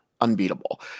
unbeatable